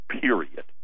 period